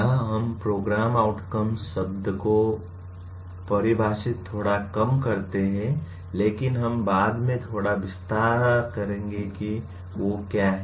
यहाँ हम program outcomes शब्दको परिभाषित थोड़ा कम करते है लेकिन हम बाद में थोड़ा विस्तार करेंगे कि वे क्या हैं